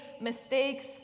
mistakes